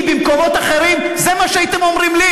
כי במקומות אחרים זה מה שהייתם אומרים לי,